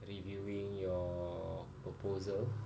reviewing your proposal